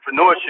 entrepreneurship